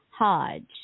Hodge